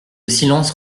silence